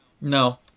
No